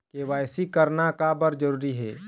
KYC करना का बर जरूरी हे?